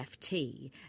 FT